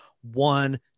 one